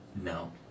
no